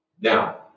Now